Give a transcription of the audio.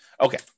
Okay